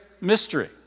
mystery